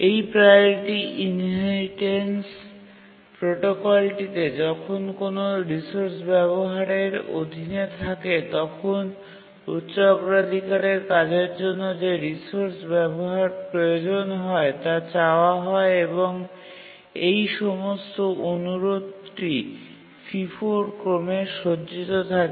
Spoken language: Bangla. এই প্রাওরিটি ইনহেরিটেন্স প্রোটোকলটিতে যখন কোনও রিসোর্স ব্যবহারের অধীনে থাকে তখন উচ্চ অগ্রাধিকারের কাজের জন্য যে রিসোর্স প্রয়োজন হয় তা চাওয়া হয় এবং এই সমস্ত অনুরোধটি FIFO ক্রমে সজ্জিত থাকে